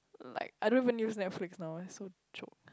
like I don't even use Netflix now eh so choke